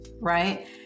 right